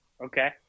Okay